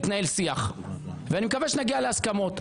יתנהל שיח ואני מקווה שנגיע להסכמות.